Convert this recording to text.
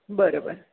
बरं बरं